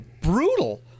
brutal